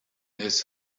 his